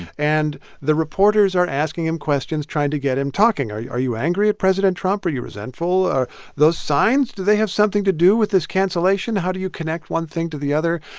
and the reporters are asking him questions, trying to get him talking. are you are you angry at president trump? are you resentful? are those signs, do they have something to do with this cancellation? how do you connect one thing to the other?